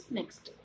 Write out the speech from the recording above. next